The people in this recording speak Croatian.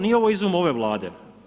Nije ovo izum ove Vlade.